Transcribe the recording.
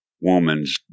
woman's